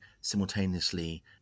simultaneously